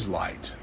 light